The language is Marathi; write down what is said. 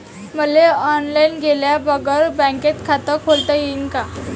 मले ऑनलाईन गेल्या बगर बँकेत खात खोलता येईन का?